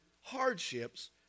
hardships